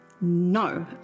No